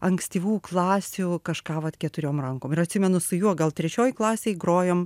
ankstyvų klasių kažką vat keturiom rankom ir atsimenu su juo gal trečioj klasėj grojom